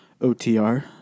OTR